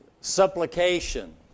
supplication